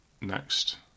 next